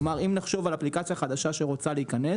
כלומר, אם נחשוב על אפליקציה חדשה שרוצה להיכנס